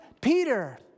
Peter